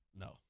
No